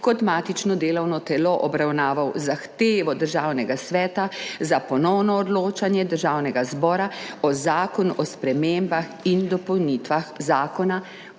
kot matično delovno telo obravnaval zahtevo Državnega sveta za ponovno odločanje Državnega zbora o Zakonu o spremembah in dopolnitvah Zakona